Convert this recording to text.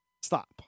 Stop